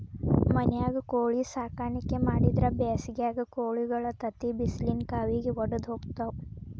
ಮನ್ಯಾಗ ಕೋಳಿ ಸಾಕಾಣಿಕೆ ಮಾಡಿದ್ರ್ ಬ್ಯಾಸಿಗ್ಯಾಗ ಕೋಳಿಗಳ ತತ್ತಿ ಬಿಸಿಲಿನ ಕಾವಿಗೆ ವಡದ ಹೋಗ್ತಾವ